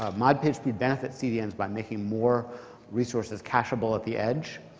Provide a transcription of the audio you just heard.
um mod pagespeed benefits cdns by making more resources cacheable at the edge.